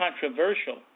controversial